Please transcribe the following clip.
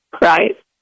right